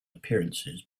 appearances